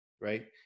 right